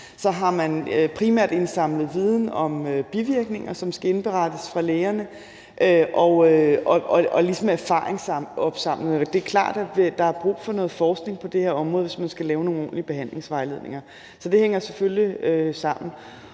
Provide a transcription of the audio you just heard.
– har man primært indsamlet viden om bivirkninger, som skal indberettes fra lægerne, altså ligesom erfaringsopsamling. Det er klart, at der er brug for noget forskning på det her område, hvis man skal lave nogle ordentlige behandlingsvejledninger. Så det hænger selvfølgelig sammen.